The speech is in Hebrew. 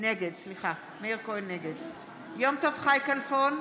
נגד יום טוב חי כלפון,